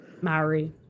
Maori